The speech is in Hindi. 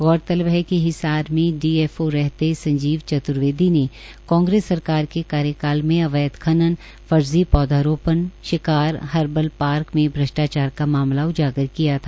गौरतलब है कि हिसार में डी एफ ओ रहते संजीव चत्र्वेदी ने कांग्रेस सरकार के कार्यकाल में अवैध खनन फर्जी पौधा रोपण शिकार हरबल पार्क में भ्रष्टाचार का मामला उजागर किया था